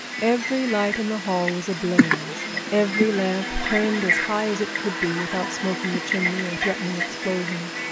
every light in the hall was ablaze every lamp turned as high as it could be without smoking the chimney or threatening explosion.